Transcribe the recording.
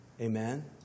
Amen